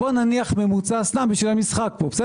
נניח בשביל המשחק 5%,